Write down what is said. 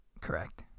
Correct